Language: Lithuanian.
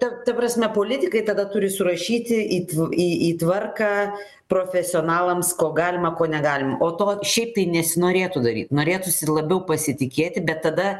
ta ta prasme politikai tada turi surašyti į į į tvarką profesionalams ko galima ko negalima o to šiaip tai nesinorėtų daryt norėtųsi labiau pasitikėti bet tada